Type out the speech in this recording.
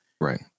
Right